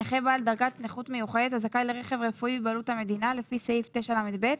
נכה בעל דרגת נכות מיוחדת הזכאי לרכב רפואי בבעלות המדינה לפי סעיף 9לב,